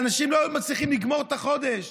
אנשים לא מצליחים לגמור את החודש,